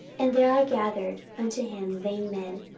and there are gathered unto him vain men,